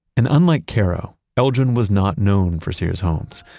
and unlike cairo, elgin was not known for sears homes.